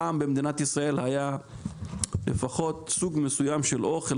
פעם במדינת ישראל היה לפחות סוג מסוים של אוכל,